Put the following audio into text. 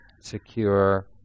secure